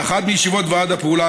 באחת מישיבות ועד הפעולה,